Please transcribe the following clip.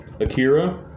Akira